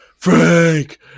Frank